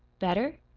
better?